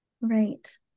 Right